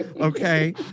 Okay